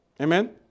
Amen